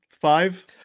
five